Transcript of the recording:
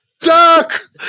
duck